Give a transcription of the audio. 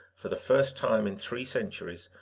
for the first time in three centuries,